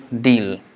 deal